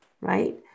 right